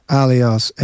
alias